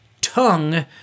tongue